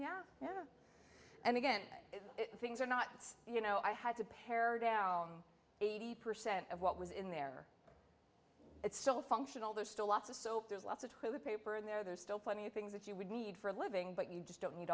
now and again things are not you know i had to pare down eighty percent of what was in there it's still functional there's still lots of so there's lots of her paper and there's still plenty of things that you would need for a living but you just don't need